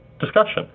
discussion